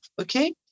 okay